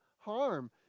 harm